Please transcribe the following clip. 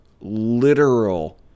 literal